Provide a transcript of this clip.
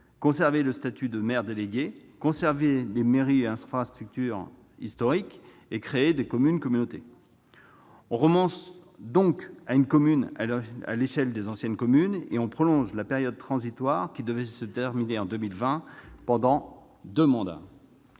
conserver le statut de maire délégué ; conserver les mairies et infrastructures historiques et créer des communes-communautés. On renonce donc à faire une commune à l'échelle des anciennes communes et on prolonge la période transitoire, qui devait se terminer en 2020, pendant deux mandats.